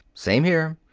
same here.